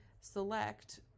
select